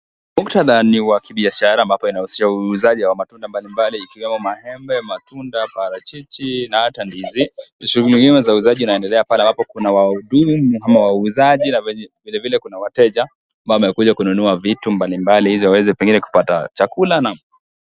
Mkutadha ni wa kibiashara ambapo inahusisha uuzaji wa matunda mbali mbali ikiwemo maembe, matunda, parachichi na hata ndizi. Shughuli nyingine za uzazi inaendelea pale ambapo kuna wahudumu ama wauzaji na vile vile kuna wateja. Ambao wamekuja kununua vitu mbali mbali ili waweze pengine kupata chakula na.